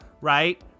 right